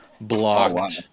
Blocked